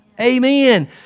Amen